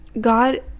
God